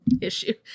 issue